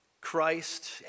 Christ